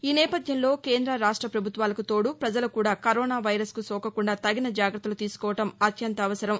ఈ నేపథ్యంలో కేంద్ర రాష్ట ప్రభుత్వాలకు తోడు ప్రజలు కూడా కరోనా వైరస్ సోకకుండా తగిన జాగత్తలు తీసుకోవడం అత్యంత అవసరం